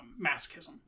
masochism